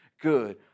good